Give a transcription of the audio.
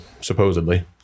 supposedly